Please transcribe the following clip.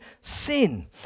sin